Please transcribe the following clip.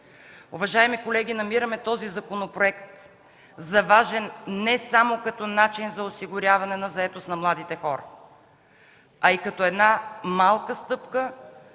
Уважаеми колеги, намираме този законопроект за важен не само като начин за осигуряване на заетост на младите хора, а и като една малка стъпка